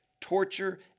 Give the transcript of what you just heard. torture